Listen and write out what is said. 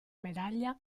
medaglia